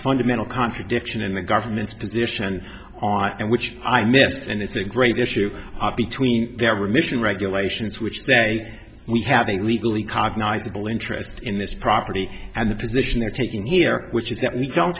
fundamental contradiction in the government's position on and which i missed and it's a great issue between there were mission regulations which say we have a legally cognize little interest in this property and the position they're taking here which is that we don't